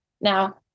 Now